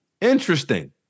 interesting